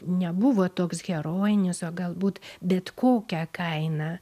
nebuvo toks herojinis o galbūt bet kokia kaina